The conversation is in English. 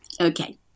Okay